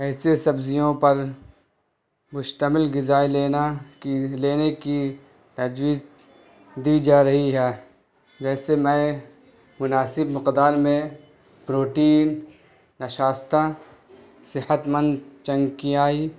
ایسے سبزیوں پر مشتمل غذائیں لینا کی لینے کی تجویز دی جا رہی ہے جیسے میں مناسب مقدار میں پروٹین نشاستہ صحت مند چکنائی